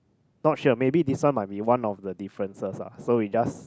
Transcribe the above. not sure maybe this one might be one of the differences lah so we just